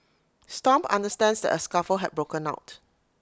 stomp understands A scuffle had broken out